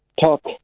talk